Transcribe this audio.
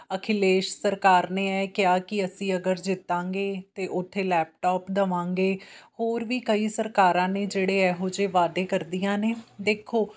ਅਖਿਲੇਸ਼ ਸਰਕਾਰ ਨੇ ਇਹ ਕਿਹਾ ਕਿ ਅਸੀਂ ਅਗਰ ਜਿੱਤਾਂਗੇ ਤਾਂ ਉੱਥੇ ਲੈਪਟੋਪ ਦੇਵਾਂਗੇ ਹੋਰ ਵੀ ਕਈ ਸਰਕਾਰਾਂ ਨੇ ਜਿਹੜੇ ਇਹੋ ਜਿਹੇ ਵਾਅਦੇ ਕਰਦੀਆਂ ਨੇ ਦੇਖੋ